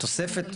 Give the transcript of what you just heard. התוספת,